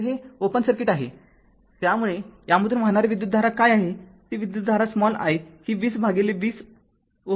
तर हे open circuit आहेत्यामुळे यामधून वाहणारी विद्युतधारा काय आहे ती विद्युतधारा i ही १० भागिले २० Ω २० Ω आहे